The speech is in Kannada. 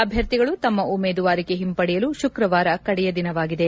ಅಭ್ಯರ್ಥಿಗಳು ತಮ್ಮ ಉಮೇದುವಾರಿಕೆ ಒಂಪಡೆಯಲು ಶುಕ್ರವಾರ ಕಡೆಯ ದಿನವಾಗಿದೆ